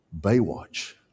Baywatch